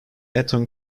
eton